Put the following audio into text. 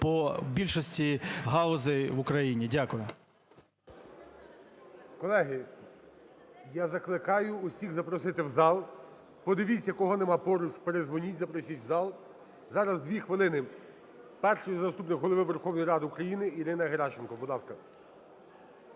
по більшості галузей в Україні. Дякую. ГОЛОВУЮЧИЙ. Колеги, я закликаю усіх запросити в зал. Подивіться, кого нема поруч, передзвоніть, запросіть в зал. Зараз 2 хвилини – Перший заступник Голови Верховної Ради України Ірина Геращенко, будь ласка.